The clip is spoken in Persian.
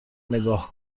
نگاه